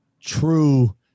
true